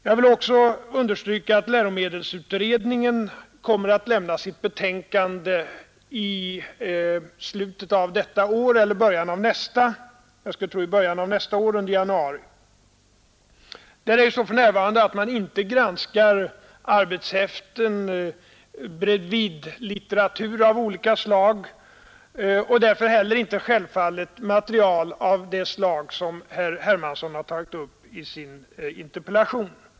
Jag vill också understryka att läromedelsutredningen kommer att lämna sitt betänkande i slutet av detta år eller i början av nästa — jag skulle tro att det blir i januari nästa år. Man granskar för närvarande inte arbetshäften eller bredvidlitteratur av olika slag och därför självfallet heller inte material av det slag som herr Hermansson har tagit upp i sin interpellation.